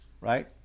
Right